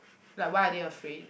like why are they afraid